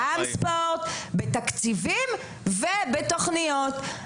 גם ספורט, בתקציבים ובתוכניות.